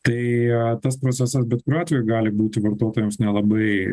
tai tas procesas bet kuriuo atveju gali būti vartotojams nelabai